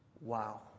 Wow